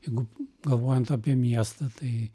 jeigu galvojant apie miestą tai